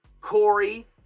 Corey